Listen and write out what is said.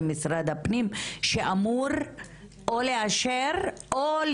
למשרד הפנים שאמור או לאשר או,